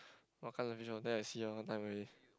then I see lor what time already